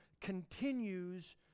continues